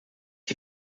die